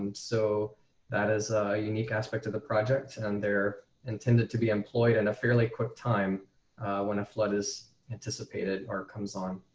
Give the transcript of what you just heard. um so that is unique aspect of the project and they're intended to be employed in and a fairly quick time when a flood is anticipated or comes on.